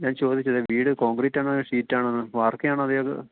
ഞാൻ ചോദിച്ചത് വീട് കോൺക്രീറ്റാണോ അതോ ഷീറ്റാണോന്നാ വാർക്കയാണോ അതെയോ അത്